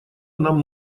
нам